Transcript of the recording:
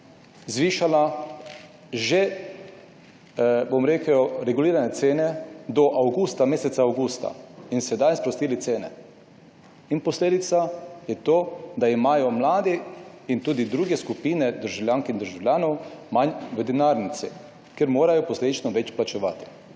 zvišala že regulirane cene do meseca avgusta in sedaj so sprostili cene. Posledica je, da imajo mladi in tudi druge skupine državljank in državljanov manj v denarnici, ker morajo posledično več plačevati.